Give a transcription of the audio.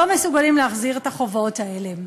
ולא מסוגלים להחזיר את החובות האלה.